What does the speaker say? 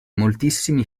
moltissimi